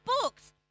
books